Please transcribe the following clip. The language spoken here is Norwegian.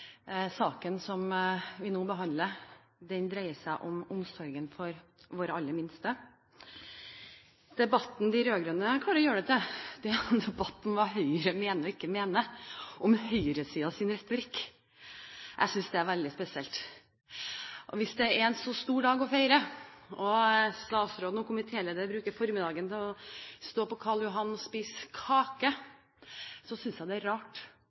Saken vi nå behandler, dreier seg om omsorgen for våre aller minste. Debatten de rød-grønne klarer å gjøre det til, er en debatt om hva Høyre mener og ikke mener, om høyresidens retorikk. Jeg synes det er veldig spesielt. Hvis det er en så stor dag å feire, og statsråden og komitéleder bruker formiddagen til å stå på Karl Johan og spise kake, synes jeg det er rart